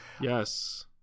yes